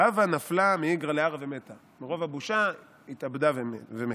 "הוא נפלה מאיגרא לארעא ומתה" מרוב הבושה התאבדה ומתה.